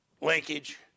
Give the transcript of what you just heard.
linkage